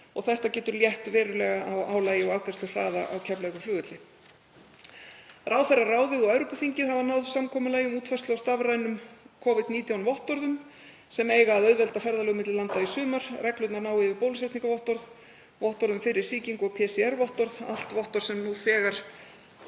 Þetta getur létt verulega á álagi og afgreiðsluhraða á Keflavíkurflugvelli. Ráðherraráðið og Evrópuþingið hafa náð samkomulagi um útfærslu á stafrænum Covid-19 vottorðum sem eiga að auðvelda ferðalög milli landa í sumar. Reglurnar ná yfir bólusetningarvottorð, vottorð um fyrri sýkingu og PCR-vottorð, allt vottorð sem nú þegar